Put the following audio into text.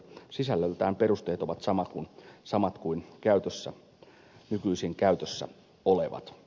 sisällöltään perusteet ovat samat kuin nykyisin käytössä olevat